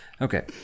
Okay